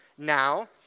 now